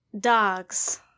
dogs